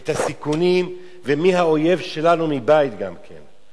ואת הסיכונים ומי האויב שלנו מבית גם כן,